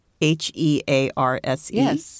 H-E-A-R-S-E